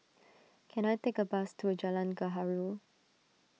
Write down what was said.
can I take a bus to a Jalan Gaharu